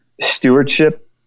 stewardship